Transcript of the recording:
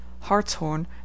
hartshorn